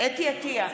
אתי עטייה,